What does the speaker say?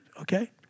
Okay